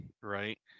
right